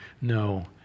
No